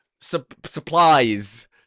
supplies